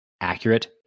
accurate